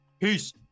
Peace